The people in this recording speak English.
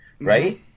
right